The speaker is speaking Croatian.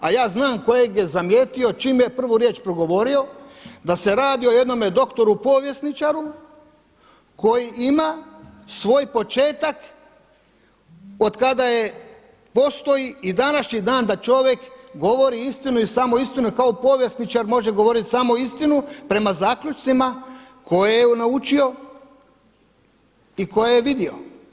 A ja znam kojeg je zamijetio čim je prvu riječ progovorio da se radi o jednome doktoru povjesničaru koji ima svoj početak otkada je, postoji i današnji dan da čovjek govori istinu i samo istinu i kao povjesničar može govoriti samo istinu, prema zaključcima koje je naučio i koje je vidio.